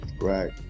Right